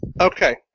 Okay